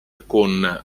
con